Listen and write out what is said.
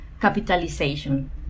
capitalization